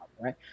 right